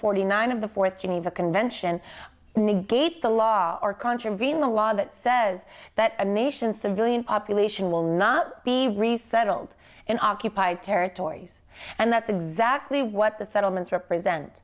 forty nine of the fourth geneva convention negate the law or contravene the law that says that a nation civilian population will not be resettled in occupied territories and that's exactly what the settlements represent